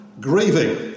grieving